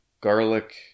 Garlic